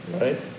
Right